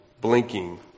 blinking